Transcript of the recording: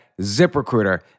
ZipRecruiter